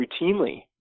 routinely